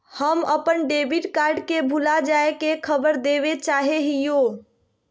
हम अप्पन debit card के भुला जाये के खबर देवे चाहे हियो